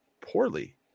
poorly